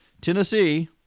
Tennessee